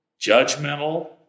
judgmental